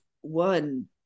one